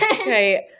Okay